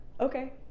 Okay